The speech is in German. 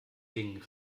gingen